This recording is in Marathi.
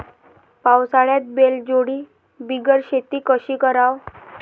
पावसाळ्यात बैलजोडी बिगर शेती कशी कराव?